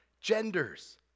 genders